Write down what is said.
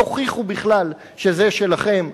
תוכיחו בכלל שזה שלכם,